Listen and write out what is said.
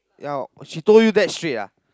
ya she told you that straight ah